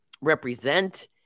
represent